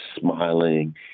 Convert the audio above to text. smiling